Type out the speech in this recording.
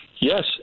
Yes